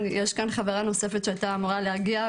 יש לנו חברה נוספת שהייתה אמורה להגיע,